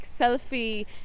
selfie